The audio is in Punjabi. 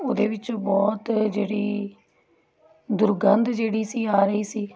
ਉਹਦੇ ਵਿੱਚੋਂ ਬਹੁਤ ਜਿਹੜੀ ਦੁਰਗੰਧ ਜਿਹੜੀ ਸੀ ਆ ਰਹੀ ਸੀ